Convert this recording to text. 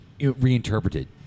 reinterpreted